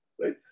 right